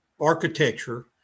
architecture